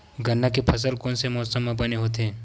गन्ना के फसल कोन से मौसम म बने होथे?